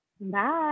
Bye